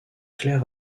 clair